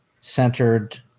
centered